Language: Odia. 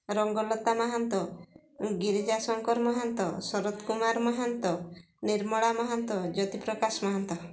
ରଙ୍ଗଲତା ମହାନ୍ତ ଗିରିଜା ଶଙ୍କର ମହାନ୍ତ ଶରତ କୁମାର ମହାନ୍ତ ନିର୍ମଳା ମହାନ୍ତ ଜ୍ୟୋତିପ୍ରକାଶ ମହାନ୍ତ